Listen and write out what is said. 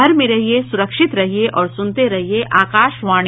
घर में रहिये सुरक्षित रहिये और सुनते रहिये आकाशवाणी